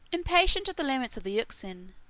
impatient of the limits of the euxine,